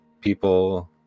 people